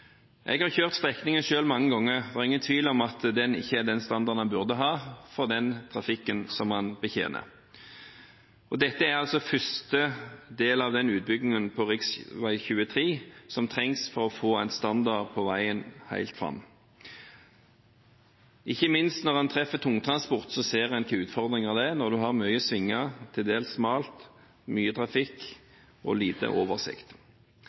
Jeg har kjørt strekningen selv mange ganger. Det er ingen tvil om at den ikke har den standarden den burde ha for den trafikken som den betjener, og dette er altså første del av den utbyggingen på rv. 23 som trengs for å få en standard på veien helt fram. Ikke minst når en møter tungtransport, ser en hvilke utfordringer som er, når en har mye svinger, det er til dels smalt, mye trafikk og lite oversikt.